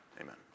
Amen